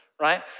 Right